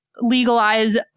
legalize